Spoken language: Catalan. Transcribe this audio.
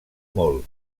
molt